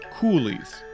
coolies